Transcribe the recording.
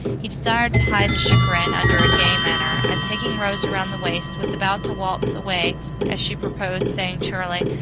he desired to hide his chagrin under a gay manner and taking rose around the waist was about to waltz away as she proposed, saying cheerily,